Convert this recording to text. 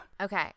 Okay